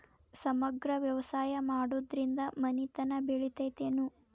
ಸಮಗ್ರ ವ್ಯವಸಾಯ ಮಾಡುದ್ರಿಂದ ಮನಿತನ ಬೇಳಿತೈತೇನು?